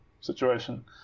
situation